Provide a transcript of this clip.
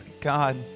God